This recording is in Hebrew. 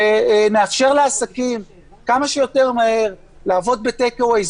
ונאפשר לעסקים כמה שיותר מהר לעבוד בטייק אווי.